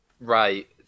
Right